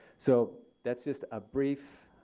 so that's just a brief